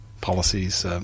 policies